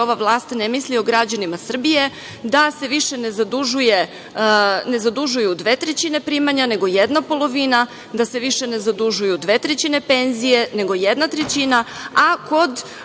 ova vlast ne misli o građanima Srbije da se više ne zadužuju dve trećine primanja, nego jedna polovina, da se više ne zadužuju dve trećine penzije nego jedna trećina, a kod